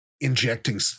injecting